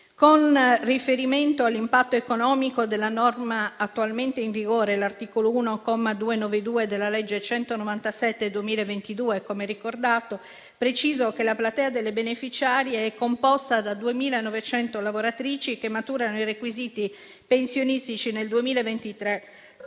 Con riferimento all'impatto economico della norma attualmente in vigore, l'articolo 1, comma 292, della legge n. 197 del 2022 - come ricordato - precisa che la platea delle beneficiarie è composta da 2.900 lavoratrici che maturano i requisiti pensionistici nel 2023.